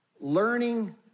Learning